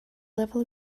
lefel